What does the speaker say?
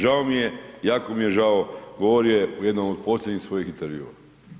Žao mi je, jako mi je žao, govorio je u jednom od posljednjih svojih intervjua.